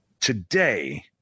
Today